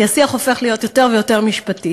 כי השיח הופך להיות יותר ויותר משפטי.